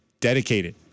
dedicated